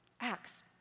Acts